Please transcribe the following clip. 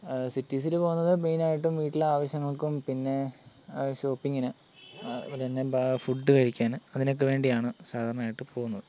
സിറ്റിസിൽ പോകുന്നത് മെയിൻ ആയിട്ടും വീട്ടിലെ ആവശ്യങ്ങൾക്കും പിന്നെ ഷോപ്പിംഗിന് അതുപോലെ തന്നെ ഫുഡ് കഴിക്കാൻ അതിനൊക്കെ വേണ്ടിയാണ് സാധാരണയായിട്ട് പോകുന്നത്